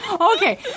okay